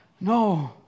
No